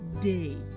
day